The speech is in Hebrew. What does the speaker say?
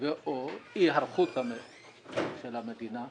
או אי היערכות המדינה.